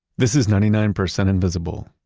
this is ninety nine percent invisible.